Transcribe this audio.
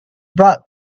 brought